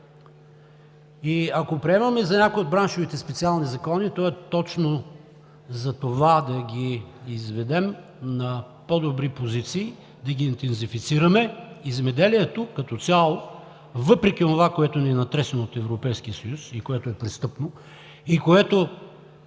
Ако приемаме за някои от браншовете специални закони, то е точно затова – да ги изведем на по-добри позиции, да интензифицираме земеделието като цяло въпреки това, което ни е натресено от Европейския съюз, което е престъпно и което